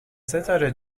ستاره